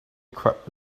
equipped